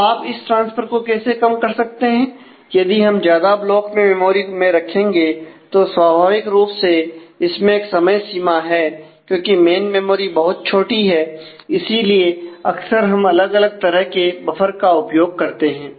तो आप इस ट्रांसफर को कैसे कम कर सकते हैं यदि हम ज्यादा ब्लॉक में मेमोरी में रखेंगे तो स्वाभाविक रूप से इसमें एक सीमा है क्योंकि मेन मेमोरी बहुत छोटी है इसीलिए अक्सर हम अलग अलग तरह के बफर का उपयोग करते हैं